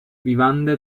vivande